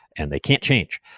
and they can't change.